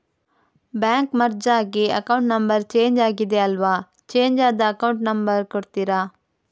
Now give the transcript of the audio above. Bank merge ಆಗಿ account number change ಆಗಿದೆ ಅಲ್ವಾ, ಚೇಂಜ್ ಆದ ಅಕೌಂಟ್ ನಂಬರ್ ಕೊಡ್ತೀರಾ?